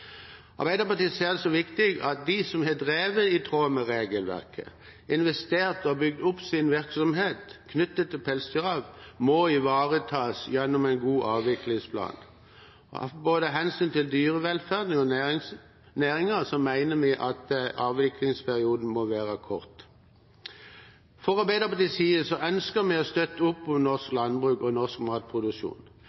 Arbeiderpartiet ser det som viktig at de som har drevet i tråd med regelverket, investert og bygd opp sin virksomhet knyttet til pelsdyravl, må ivaretas gjennom en god avviklingsplan. Av hensyn til både dyrevelferden og næringen mener vi at avviklingsperioden må være kort. Fra Arbeiderpartiets side ønsker vi å støtte opp under norsk